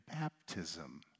baptism